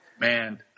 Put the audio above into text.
man